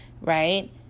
right